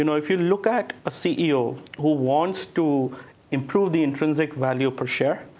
you know if you look at a ceo who wants to improve the intrinsic value per share,